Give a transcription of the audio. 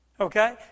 Okay